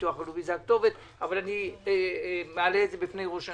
ביטוח לאומי זה הכתובת אבל אני מעלה את זה בפני ראש הממשלה.